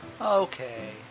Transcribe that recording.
Okay